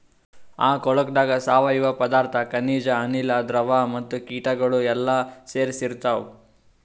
ಆ ಕೊಳುಕದಾಗ್ ಸಾವಯವ ಪದಾರ್ಥ, ಖನಿಜ, ಅನಿಲ, ದ್ರವ ಮತ್ತ ಕೀಟಗೊಳ್ ಎಲ್ಲಾ ಸೇರಿಸಿ ಇರ್ತಾವ್